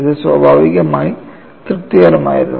ഇത് സ്വാഭാവികമായി തൃപ്തികരമായിരുന്നു